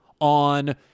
on